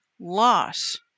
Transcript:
loss